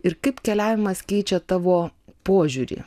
ir kaip keliavimas keičia tavo požiūrį